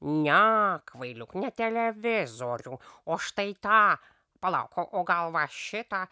ne kvailiuk ne televizorių o štai tą palauk o gal va šitą